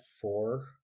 four